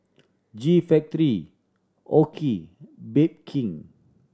G Factory OKI Bake King